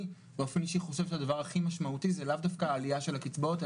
אני באופן אישי חושב שהדבר הכי משמעותי זה לאו דווקא העלייה של הקצבאות,